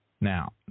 now